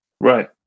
Right